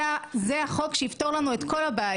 זה החוק שיפתור לנו את כל הבעיות.